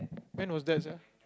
when was that sia